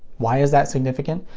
why is that significant?